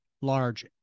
large